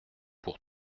pour